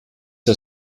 der